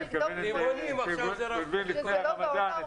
אם הוא יגנוב לימונים וזה לא בעונה,